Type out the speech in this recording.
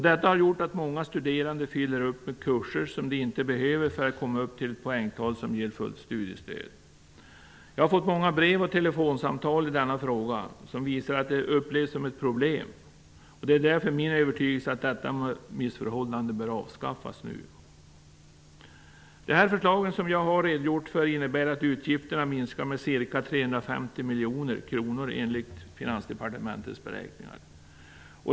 Detta har gjort att många studerande fyller upp med kurser som de inte behöver för att komma upp till ett poängtal som ger fullt studiestöd. Jag har fått många brev och telefonsamtal i denna fråga som visar att detta upplevs som ett problem. Det är därför min övertygelse att detta missförhållande nu bör avskaffas. Det förslag som jag har redogjort för innebär att utgifterna minskar med ca 350 miljoner kronor, enligt Finansdepartementets beräkningar.